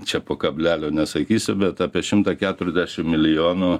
čia po kablelio nesakysiu bet apie šimtą keturiasdešim milijonų